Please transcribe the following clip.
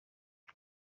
uru